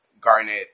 Garnet